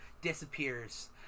disappears